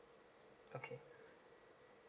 okay